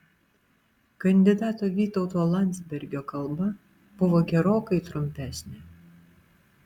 kandidato vytauto landsbergio kalba buvo gerokai trumpesnė